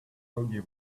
foggy